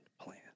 plan